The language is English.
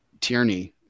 Tierney